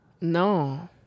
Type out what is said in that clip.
No